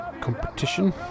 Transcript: competition